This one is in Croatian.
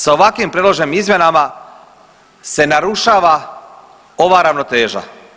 Sa ovakvim predloženim izmjenama se narušava ova ravnoteža.